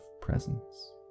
presence